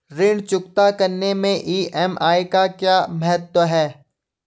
ऋण चुकता करने मैं ई.एम.आई का क्या महत्व है?